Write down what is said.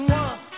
one